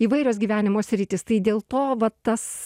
įvairios gyvenimo sritys tai dėl to va tas